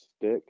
stick